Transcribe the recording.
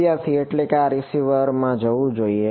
વિદ્યાર્થી એટલે કે આ રીસીવરમાં જવું જોઈએ